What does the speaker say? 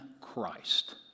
Christ